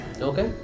Okay